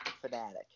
fanatic